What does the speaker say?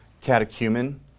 catechumen